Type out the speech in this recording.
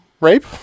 Rape